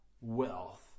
wealth